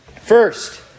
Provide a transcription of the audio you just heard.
First